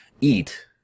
eat